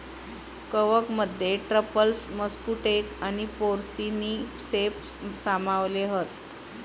कवकमध्ये truffles, matsutake आणि porcini ceps सामावले हत